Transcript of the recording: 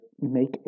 make